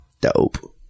Dope